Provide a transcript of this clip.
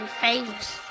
famous